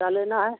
क्या लेना है